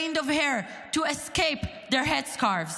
of hair to escape their headscarves.